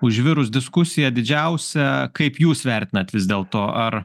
užvirus diskusija didžiausia kaip jūs vertinat vis dėl to ar